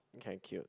thank you